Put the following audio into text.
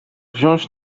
wziąć